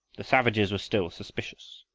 the savages were still suspicious,